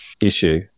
issue